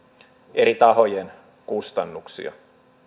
eri tahojen kustannuksia